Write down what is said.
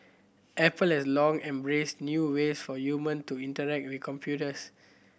Apple has long embraced new ways for human to interact with computers